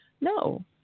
no